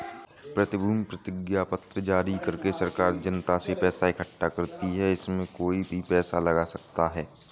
प्रतिभूति प्रतिज्ञापत्र जारी करके सरकार जनता से पैसा इकठ्ठा करती है, इसमें कोई भी पैसा लगा सकता है